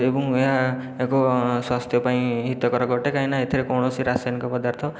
ଏବଂ ଏହା ଏକ ସ୍ୱାସ୍ଥ୍ୟ ପାଇଁ ହିତକାରକ ଅଟେ କାହିଁକି ନା ଏଥିରେ କୌଣସି ରାସାୟନିକ ପଦାର୍ଥ